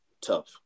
tough